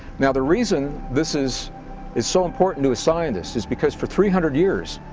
now, the reason this is is so important to a scientist is because for three hundred years